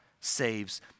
saves